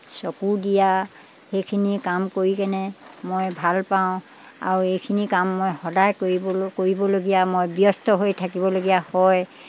চকু দিয়া সেইখিনি কাম কৰি কেনে মই ভালপাওঁ আৰু এইখিনি কাম মই সদায় কৰিবলৈ কৰিবলগীয়া মই ব্যস্ত হৈ থাকিবলগীয়া হয়